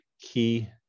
key